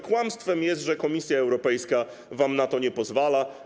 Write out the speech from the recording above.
Kłamstwem jest, że Komisja Europejska wam na to nie pozwala.